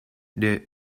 the